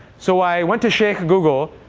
so i went to sheik google,